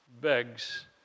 Begs